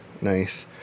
Nice